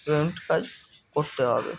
payment pay করতে হবে